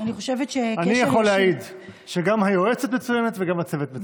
אני יכול להעיד שגם היועצת מצוינת וגם הצוות מצוין.